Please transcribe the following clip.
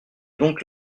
donc